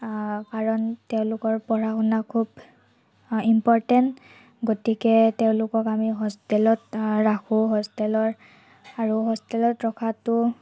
কাৰণ তেওঁলোকৰ পঢ়া শুনা খুব ইম্পৰ্টেণ্ট গতিকে তেওঁলোকক আমি হষ্টেলত ৰাখোঁ হষ্টেলৰ আৰু হষ্টেলত ৰখাটো